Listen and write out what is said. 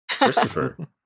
Christopher